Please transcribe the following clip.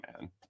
man